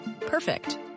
Perfect